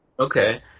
Okay